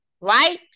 right